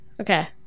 Okay